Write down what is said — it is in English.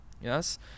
Yes